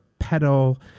petal